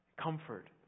comfort